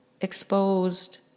exposed